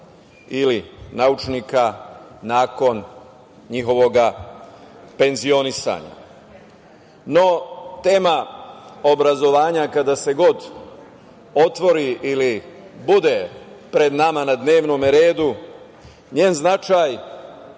ili naučnika nakon njihovog penzionisanja.No, tema obrazovanja kada se god otvori ili bude pred nama na dnevnom redu, njen značaj